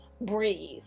breathe